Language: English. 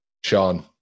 sean